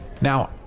Now